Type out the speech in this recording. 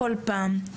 כל פעם.